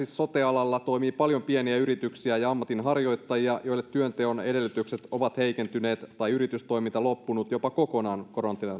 sote alalla toimii paljon pieniä yrityksiä ja ammatinharjoittajia joiden työnteon edellytykset ovat heikentyneet tai yritystoiminta loppunut jopa kokonaan